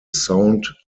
sound